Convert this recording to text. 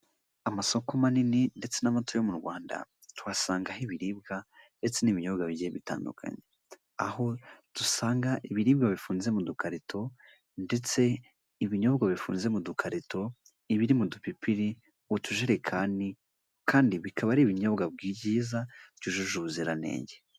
Amasoko manini ndetse n'amato yo mu Rwanda tuhasangaho ibiribwa ndetse n'ibinyobwa bigiye bitandukanye, aho dusanga ibiribwa bifunze mu dukarito ndetse ibinyobwa bifurinze mu dukarito, ibiri mu dupipiri, ibiri mu tujerekani kandi bikaba ari ibinyobwa byiza byujuje ubuziranenge.